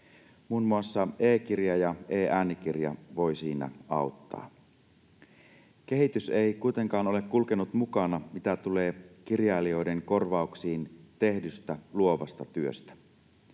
Muun muassa e-kirja ja e-äänikirja voivat siinä auttaa. Kehitys ei kuitenkaan ole kulkenut mukana, mitä tulee kirjailijoiden korvaukseen tehdystä luovasta työstä.